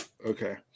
Okay